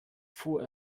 fuhr